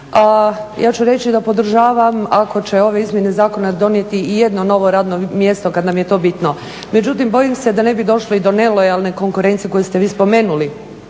ja ću reći da podržavam ako će ove izmjene zakona donijeti i jedno novo radno mjesto kad nam je to bitno. Međutim, bojim se da ne bi došlo i do nelojalne konkurencije koju ste vi spomenuli